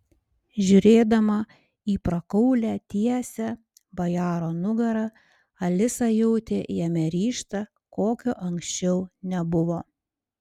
žiūrėdama į prakaulią tiesią bajaro nugarą alisa jautė jame ryžtą kokio anksčiau nebuvo